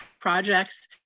projects